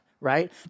right